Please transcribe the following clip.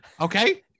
Okay